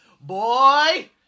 Boy